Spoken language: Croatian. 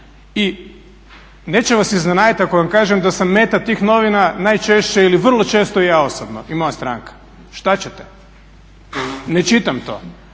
i neće vas iznenaditi ako vam kažem da sam meta tih novina najčešće ili vrlo često ja osobno i moja stranka. Šta ćete, ne čitam to?